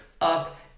up